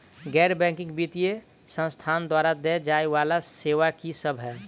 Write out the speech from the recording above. गैर बैंकिंग वित्तीय संस्थान द्वारा देय जाए वला सेवा की सब है?